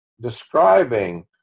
describing